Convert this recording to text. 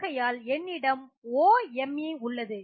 ஆகையால் என்னிடம் O OMe உள்ளது